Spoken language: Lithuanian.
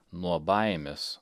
nuo baimės